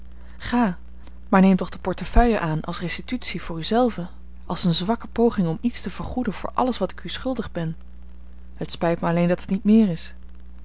ga maar neem toch de portefeuille aan als restitutie voor u zelve als een zwakke poging om iets te vergoeden voor alles wat ik u schuldig ben het spijt mij alleen dat het niet meer is